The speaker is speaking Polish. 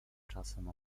czasem